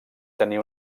tenir